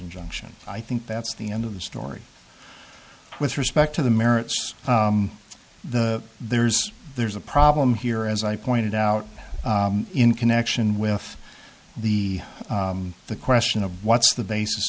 injunction i think that's the end of the story with respect to the merits the there's there's a problem here as i pointed out in connection with the the question of what's the basis